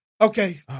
Okay